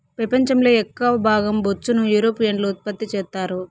పెపంచం లో ఎక్కవ భాగం బొచ్చును యూరోపియన్లు ఉత్పత్తి చెత్తారు